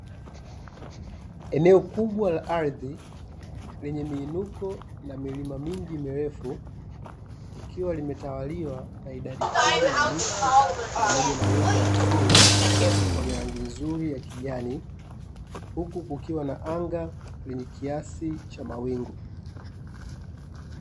Eneo kubwa la ardhi lenye miinuko na milima mingi mirefu, likiwa limetawaliwa na idadi kubwa ya miti pamoja na uoto wa asili wenye rangi nzuri ya kijani, huku kukiwa na anga lenye kiasi cha mawingu.